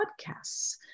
Podcasts